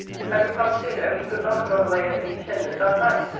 had we come sooner, we could not have got away as we intended, that night.